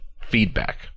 feedback